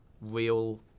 real